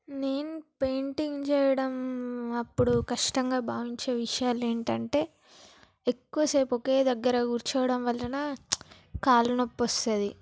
నేను పెయింటింగ్ చేయడం అప్పుడు కష్టంగా భావించే విషయాలు ఏంటంటే ఎక్కువ సేపు ఒకే దగ్గర కూర్చోవడం వలన కాలు నొప్పి వస్తుంది